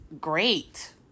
great